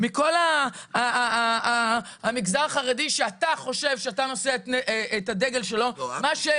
מכל המגזר החרדי שאתה חושב שאתה נושא את הדגל שלו -- לא את?